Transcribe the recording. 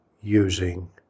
using